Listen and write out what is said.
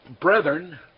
Brethren